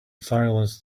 silence